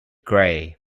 grey